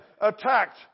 attacked